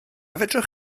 fedrwch